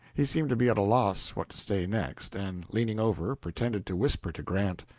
he seemed to be at a loss what to say next, and, leaning over, pretended to whisper to grant.